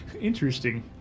interesting